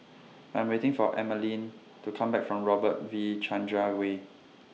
I'm waiting For Emaline to Come Back from Robert V Chandran Way